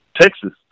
Texas